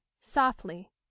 Softly